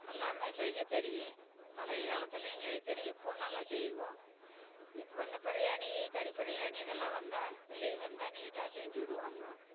எல்லாமே செய்ய தெரியும் பழைய காலத்துலையும் செய்ய தெரியும் இப்போவும் நல்லா செய்வோம் இப்போ இந்த பிரியாணி கறி பிரியாணி இதெல்லாம் வந்தா பிள்ளைக வந்தா நீட்டாக செஞ்சிவிடுவாங்க